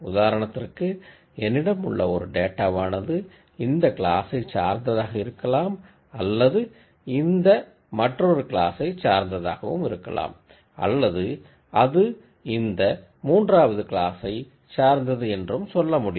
உதாரணத்திற்கு என்னிடம் உள்ள ஒரு டேட்டாவானது இந்த கிளாஸை சார்ந்ததாக இருக்கலாம்அல்லது இந்தமற்றொரு கிளாஸை சார்ந்ததாக இருக்கலாம் அல்லது அது இந்த மூன்றாவது கிளாசை சார்ந்தது என்றும் சொல்லமுடியும்